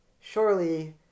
surely